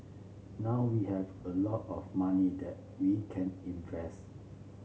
now we have a lot of money that we can invest